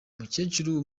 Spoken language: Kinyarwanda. umukecuru